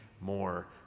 more